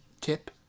tip